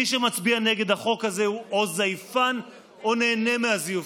מי שמצביע נגד החוק הזה הוא או זייפן או נהנה מהזיופים,